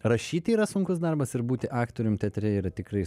rašyti yra sunkus darbas ir būti aktorium teatre yra tikrai